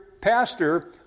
pastor